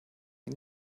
ihn